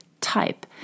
type